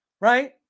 right